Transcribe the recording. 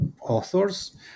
authors